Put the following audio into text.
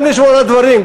גם לשמור על דברים,